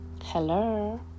Hello